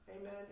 Amen